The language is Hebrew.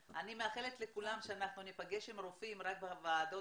אני מאחלת לכולם שאנחנו ניפגש עם רופאים רק בוועדות